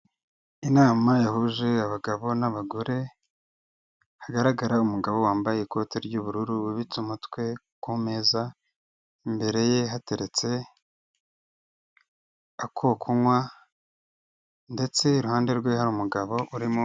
Inama yahuje abagabo n'abagore hagaragara umugabo wambaye ikote ry'ubururu yubitse umutwe ku meza, imbere ye hateretse ako kunywa ndetse iruhande rwe hari umugabo urimo...